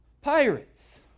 pirates